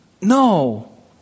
No